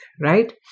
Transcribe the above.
Right